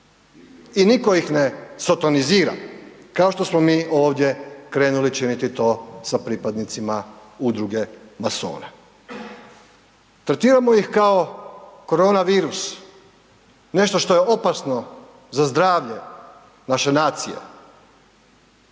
i nitko ih ne sotonizira, kao što smo mi ovdje krenuli činiti to sa pripadnicima udruge masona. Tretiramo ih kao koronavirus, nešto što je opasno za zdravlje naše nacije.